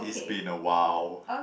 it's been awhile